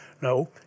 No